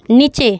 নীচে